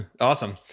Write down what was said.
Awesome